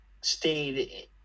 stayed